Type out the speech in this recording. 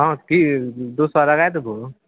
हँ कि दुइ सओ लगै देबहो